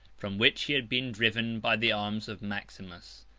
from which he had been driven by the arms of maximus.